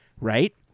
right